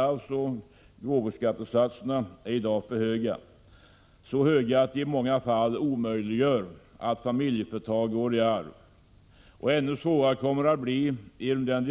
Arvsoch gåvoskattesatserna är i dag så höga att de i många fall omöjliggör att familjeföretag skulle kunna gå i arv. Ännu svårare kommer det att bli med den